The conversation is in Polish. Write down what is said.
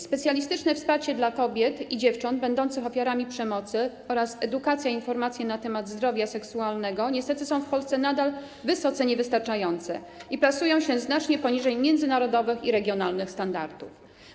Specjalistyczne wsparcie dla kobiet i dziewcząt będących ofiarami przemocy oraz edukacja i informacje na temat zdrowia seksualnego niestety są w Polsce nadal wysoce niewystarczające i plasują się znacznie poniżej międzynarodowych i regionalnych standardów.